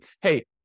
hey